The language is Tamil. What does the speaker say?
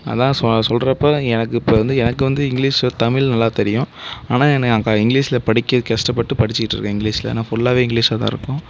அதுதான் சொ சொல்கிறப்ப எனக்கு இப்போ வந்து எனக்கு வந்து இங்கிலீஷ் தமிழ் நல்லா தெரியும் ஆனால் என்னை அங்கே இங்கிலீஷில் படிக்க கஷ்டப்பட்டு படிச்சுட்டு இருக்கேன் இங்கிலீஷில் ஃபுல்லாகவே இங்கிலீஷில் தான் இருக்கும்